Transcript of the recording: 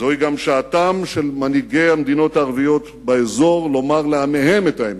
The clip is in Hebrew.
זוהי גם שעתם של מנהיגי המדינות הערביות באזור לומר לעמיהם את האמת,